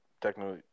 technically